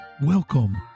Welcome